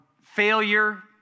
failure